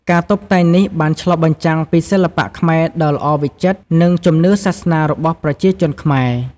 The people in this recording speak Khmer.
ការតុបតែងនេះបានឆ្លុះបញ្ចាំងពីសិល្បៈខ្មែរដ៏ល្អវិចិត្រ និងជំនឿសាសនារបស់ប្រជាជនខ្មែរ។